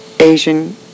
Asian